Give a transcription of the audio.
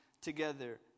together